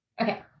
Okay